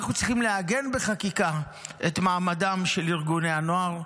אנחנו צריכים לעגן בחקיקה את מעמדם של ארגוני הנוער.